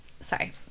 Sorry